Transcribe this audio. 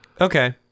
Okay